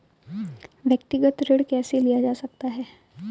व्यक्तिगत ऋण कैसे लिया जा सकता है?